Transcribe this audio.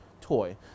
toy